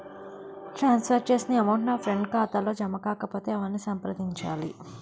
ట్రాన్స్ for చేసిన amount నా friend ఖాతాలో జమ కాకపొతే ఎవరిని సంప్రదించాలి?